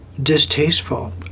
distasteful